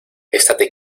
estate